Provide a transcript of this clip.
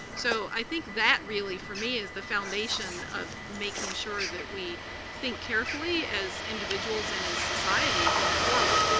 so i think that really, for me, is the foundation of making sure that we think carefully as individuals and as society going forward.